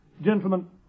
Gentlemen